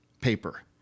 paper